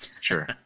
Sure